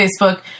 Facebook